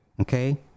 okay